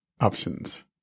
Options